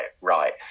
right